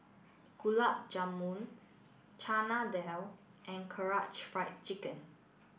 Gulab Jamun Chana Dal and Karaage Fried Chicken